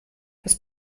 hast